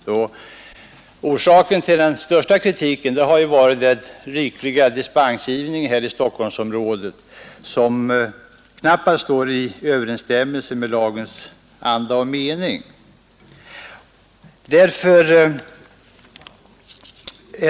Anledningen till den mesta kritiken har varit den rikliga dispensgivningen i Storstockholmsområdet, vilken knappast står i överensstämmelse med lagens anda och mening.